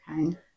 Okay